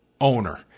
owner